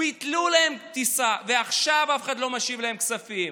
ביטלו להם את הטיסה ועכשיו אף אחד לא משיב להם את הכספים.